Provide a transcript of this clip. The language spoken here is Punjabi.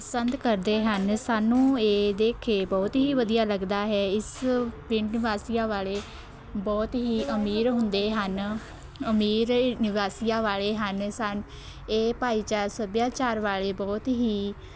ਪਸੰਦ ਕਰਦੇ ਹਨ ਸਾਨੂੰ ਇਹ ਦੇਖ ਕੇ ਬਹੁਤ ਹੀ ਵਧੀਆ ਲੱਗਦਾ ਹੈ ਇਸ ਪਿੰਡ ਵਾਸੀਆਂ ਵਾਲੇ ਬਹੁਤ ਹੀ ਅਮੀਰ ਹੁੰਦੇ ਹਨ ਅਮੀਰ ਨਿਵਾਸੀਆਂ ਵਾਲੇ ਹਨ ਸਨ ਇਹ ਭਾਈਚਾਰ ਸੱਭਿਆਚਾਰ ਵਾਲੇ ਬਹੁਤ ਹੀ